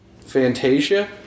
Fantasia